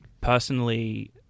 personally